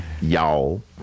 y'all